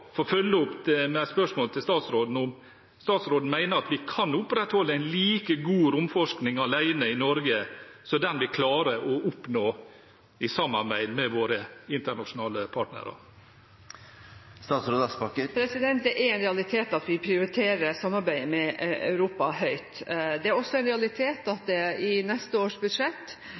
følge opp spørsmålet til statsråden: Mener statsråden at vi kan opprettholde en like god romforskning alene i Norge som den vi klarer å oppnå i samarbeid med våre internasjonale partnere? Det er en realitet at vi prioriterer samarbeidet med Europa høyt. Det er også en realitet at det i neste års budsjett